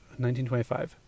1925